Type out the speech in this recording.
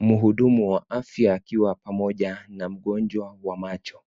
Mhudumu wa afya akiwa pamoja na mgonjwa wa macho.